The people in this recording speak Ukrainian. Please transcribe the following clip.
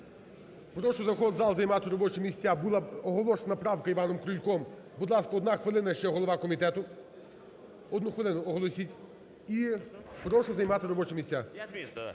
прошу заходити в зал, займати робочі місця. Була оголошена правка Іваном Крульком. Будь ласка, одна хвилина ще голова комітету, одну хвилину оголосіть. І прошу займати робочі місця.